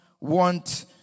want